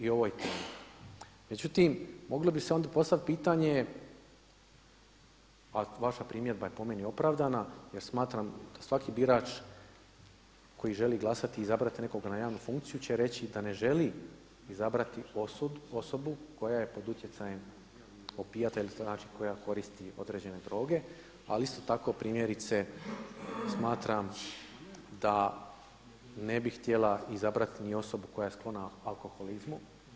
Međutim moglo bi se onda postaviti pitanje, a vaša primjedba je po meni opravdana jer smatram da svaki birač koji želi glasati i izabrati nekoga na javnu funkciju će reći da ne želi izabrati osobu koja je pod utjecajem opijata ili koja koristi određene droge, ali isto tako primjerice smatram da ne bi htjela izabrati ni osobu koja je sklona alkoholizmu.